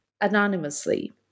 anonymously